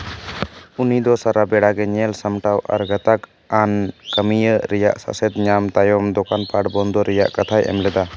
ᱩᱱᱤᱫᱚ ᱥᱟᱨᱟᱵᱮᱲᱟ ᱜᱮ ᱧᱮᱞ ᱥᱟᱢᱴᱟᱣ ᱟᱨ ᱜᱟᱛᱟᱠ ᱟᱱ ᱠᱟᱹᱢᱭᱟᱹ ᱨᱮᱭᱟᱜ ᱥᱟᱥᱮᱛ ᱧᱟᱢ ᱛᱟᱭᱚᱢ ᱫᱳᱠᱟᱱ ᱯᱟᱴ ᱵᱚᱱᱫᱚᱭ ᱨᱮᱭᱟᱜ ᱠᱟᱛᱷᱟᱭ ᱮᱢ ᱞᱮᱫᱟ